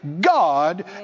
God